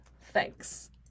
Thanks